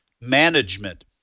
management